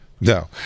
No